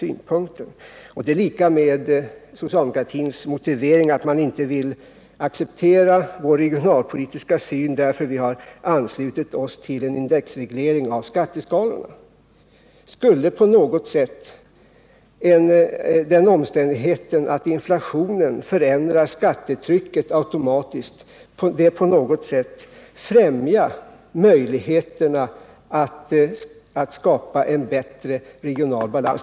Det är samma sak med socialdemokratins motivering att man inte vill acceptera vår regionalpolitiska syn, därför att vi har anslutit oss till en indexreglering av skatteskalorna. Skulle den omständigheten att inflationen automatiskt ändrar skattetrycket på något sätt öka möjligheterna att skapa en bättre regional balans?